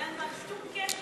ואין לה שום קשר,